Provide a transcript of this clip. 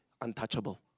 untouchable